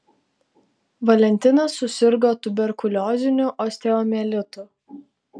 valentinas susirgo tuberkulioziniu osteomielitu